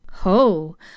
Ho